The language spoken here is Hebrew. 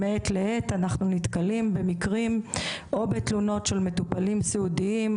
מעת לעת אנחנו נתקלים במקרים או בתלונות של מטופלים סיעודיים,